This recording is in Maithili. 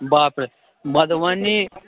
बापरे मधुबनी